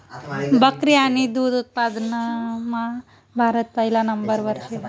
बकरी आणि दुध उत्पादनमा भारत पहिला नंबरवर शे